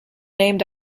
named